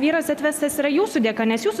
vyras atvestas yra jūsų dėka nes jūs